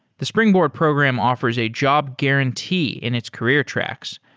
the springboard program offers a job guarantee in its career tracks,